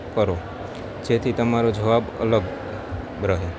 કરો જેથી તમારો જવાબ અલગ રહે